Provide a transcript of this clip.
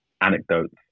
anecdotes